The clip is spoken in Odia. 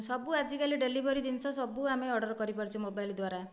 ସବୁ ଆଜିକାଲି ଡେଲିଭରି ଜିନିଷ ସବୁ ଆମେ ଅର୍ଡ଼ର୍ କରିପାରୁଛୁ ମୋବାଇଲ୍ ଦ୍ୱାରା